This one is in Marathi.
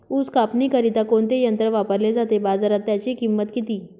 ऊस कापणीकरिता कोणते यंत्र वापरले जाते? बाजारात त्याची किंमत किती?